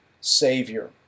Savior